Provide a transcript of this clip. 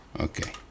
Okay